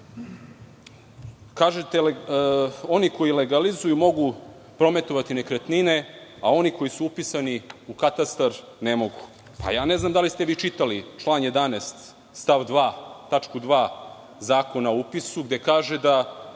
Kažete – oni koji legalizuju mogu prometovati nekretnine, a oni koji su upisani u katastar ne mogu. Ne znam da li ste čitali član 11. stav 2. tačku 2. Zakona o upisu, gde kaže da